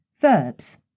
Verbs